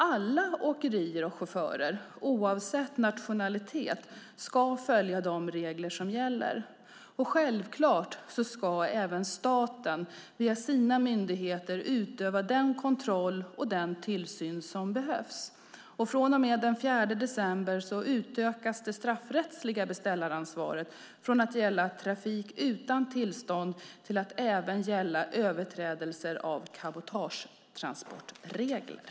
Alla åkerier och chaufförer, oavsett nationalitet, ska följa de regler som gäller. Självklart ska även staten via sina myndigheter utöva den kontroll och den tillsyn som behövs. Från och med den 4 december utökas det straffrättsliga beställaransvaret från att gälla trafik utan tillstånd till att även gälla överträdelser av cabotagetransportregler.